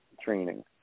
training